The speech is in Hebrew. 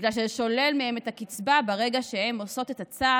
בגלל שהיא שוללת מהם את הקצבה ברגע שהן עושות את הצעד